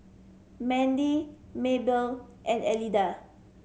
Mandy Maybelle and Elida